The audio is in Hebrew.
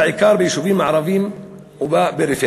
בעיקר ביישובים הערביים ובפריפריה.